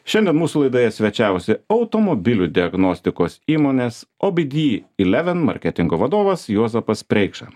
šiandien mūsų laidoje svečiavosi automobilių diagnostikos įmonės obd eleven marketingo vadovas juozapas preikša